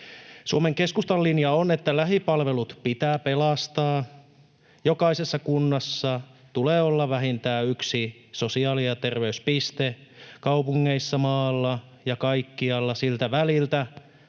Suomen keskustan linja on, että lähipalvelut pitää pelastaa, jokaisessa kunnassa tulee olla vähintään yksi sosiaali- ja terveyspiste. Kaupungeissa, maalla ja kaikkialla siltä väliltä